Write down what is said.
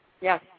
Yes